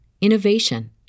innovation